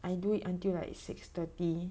I do it until like six thirty